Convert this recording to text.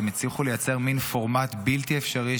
והם הצליחו לייצר מין פורמט בלתי אפשרי,